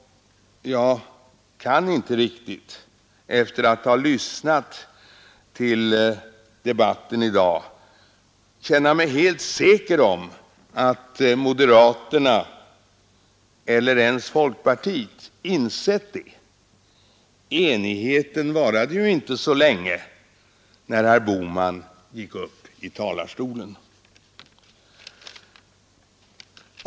Efter att ha lyssnat till debatten i dag kan jag inte känna mig helt säker på att moderaterna eller ens folkpartiet insett det. Enigheten varade i varje fall inte så länge när herr Bohman gick upp i talarstolen.